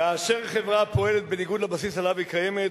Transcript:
כאשר חברה פועלת בניגוד לבסיס שעליו היא קיימת,